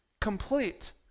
complete